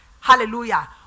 hallelujah